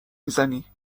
میزنی